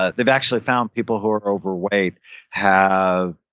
ah they've actually found people who are overweight have